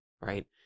right